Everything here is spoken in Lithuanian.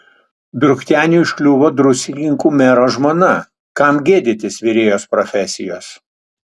drukteiniui užkliuvo druskininkų mero žmona kam gėdytis virėjos profesijos